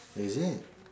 oh is it